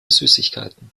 süßigkeiten